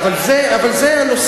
אבל זה הנושא.